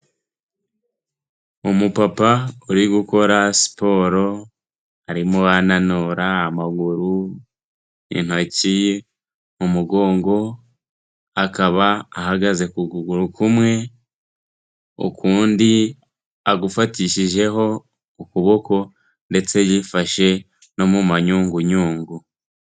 Umupapa uri gukora siporo arimo ananura amaguru, intoki, umugongo akaba ahagaze kuguru kumwe, ukundi agufatishijeho ukuboko ndetse yifashe no mu manyungunyungu.